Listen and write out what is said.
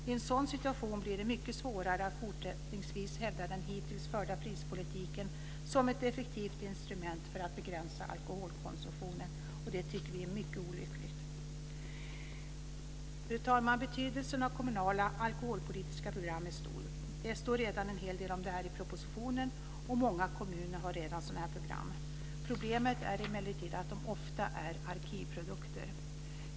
I en sådan situation blir det mycket svårare att fortsättningsvis hävda den hittills förda prispolitiken som ett effektivt instrument för att begränsa alkoholkonsumtionen. Det tycker vi är mycket olyckligt. Fru talman! Betydelsen av kommunala alkoholpolitiska program är stor. Det står redan en hel del om detta i propositionen, och många kommuner har redan sådana program. Problemet är emellertid att de ofta är arkivprodukter.